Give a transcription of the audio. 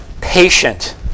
patient